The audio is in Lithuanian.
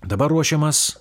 dabar ruošiamas